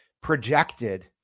projected